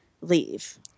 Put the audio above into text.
leave